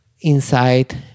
inside